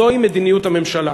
זוהי מדיניות הממשלה,